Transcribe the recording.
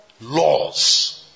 laws